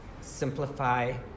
simplify